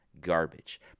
garbage